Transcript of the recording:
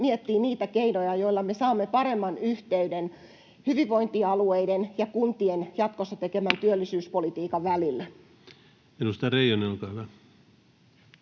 miettii niitä keinoja, joilla me saamme paremman yhteyden hyvinvointialueiden ja kuntien jatkossa tekemän työllisyyspolitiikan välillä. Edustaja Reijonen, olkaa hyvä.